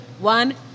one